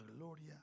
gloria